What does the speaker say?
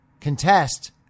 contest